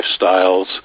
lifestyles